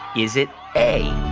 is it a,